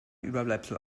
überbleibsel